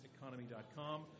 Economy.com